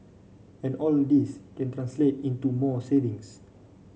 and all this can translate into more savings